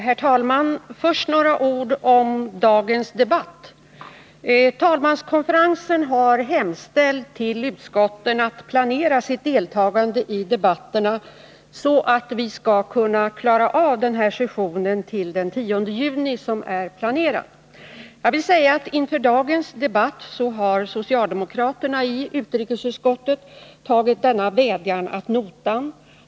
Herr talman! Först några ord om dagens debatt. Talmanskonferensen har hemställt till utskotten att planera sitt deltagande i debatterna så, att vi skall kunna klara av den här sessionen till den 10 juni som är planerat. Jag vill säga att socialdemokraterna i utrikesutskottet inför dagens debatt har tagit denna vädjan ad notam.